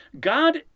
god